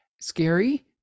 scary